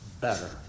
better